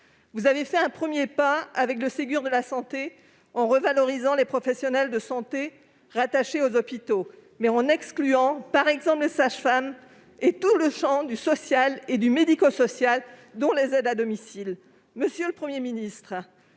Vous avez fait un premier pas avec le Ségur de la santé en revalorisant les carrières des professionnels de santé rattachés aux hôpitaux, mais vous en avez exclu, par exemple, les sages-femmes et tout le champ du social et du médico-social, dont les aides à domicile.